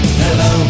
hello